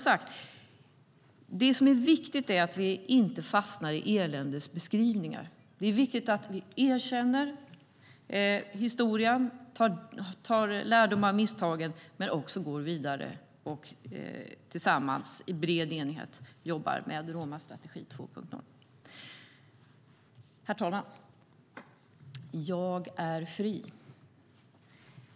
Det som är viktigt är att vi inte fastnar i eländesbeskrivningar. Det är viktigt att vi erkänner historien, tar lärdom av misstagen men också går vidare och tillsammans i bred enighet jobbar med Romastrategi 2.0. Herr talman!